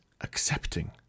accepting